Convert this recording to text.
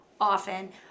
often